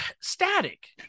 static